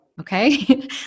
Okay